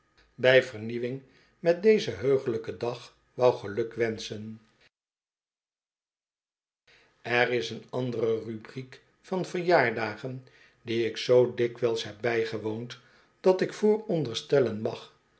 drijft wing met dezen heuglijken dag wou gelukwensehen er is een andere rubriek van verjaardagen die ik zoo dikwijls heb bijgewoond dat ik vooronderstellen mag